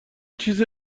چیز